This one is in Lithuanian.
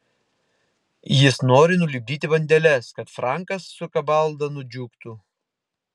jis nori nulipdyti bandeles kad frankas su kabalda nudžiugtų